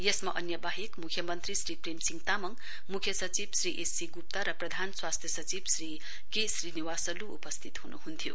यसमा अन्य वाहेक मुख्यमन्त्री श्री प्रेमसिंह तामङ मुख्य सचिव श्री एस सी गुप्त र प्रधान स्वास्थ्य सचिव श्री के श्रीनिवासलु उपस्थित हुनुहुन्थ्यो